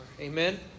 Amen